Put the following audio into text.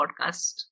podcast